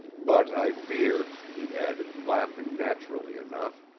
but i fear, he added, laughing naturally enough,